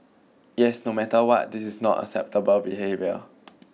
yes no matter what this is not acceptable behaviour